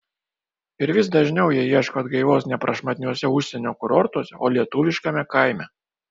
ir vis dažniau jie ieško atgaivos ne prašmatniuose užsienio kurortuose o lietuviškame kaime